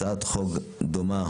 הצעת חוק דומה